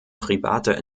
privater